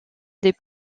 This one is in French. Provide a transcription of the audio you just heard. des